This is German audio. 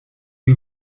die